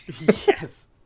Yes